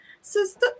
Sister